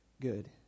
good